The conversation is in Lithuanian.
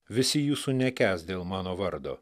visi jūsų nekęs dėl mano vardo